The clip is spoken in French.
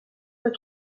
pas